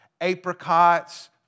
apricots